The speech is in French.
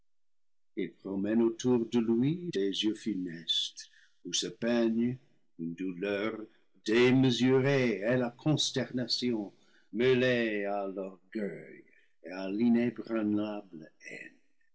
il promène autour de lui des yeux funestes où se peignent une douleur démesurée et la consternation mêlées à l'orgueil et à l'inébranlable